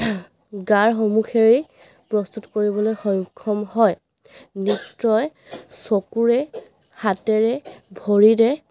গাৰ সমুখেৰে প্ৰস্তুত কৰিবলৈ সক্ষম হয় নৃত্যই চকুৰে হাতেৰে ভৰিৰে